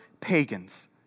pagans